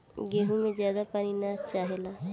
गेंहू में ज्यादा पानी ना चाहेला